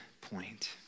point